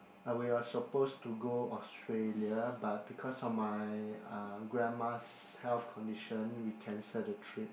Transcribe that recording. I we are supposed to go Australia but because of my uh grandma's health condition we cancel the trip